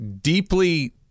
deeply